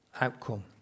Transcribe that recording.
Outcome